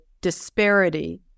disparity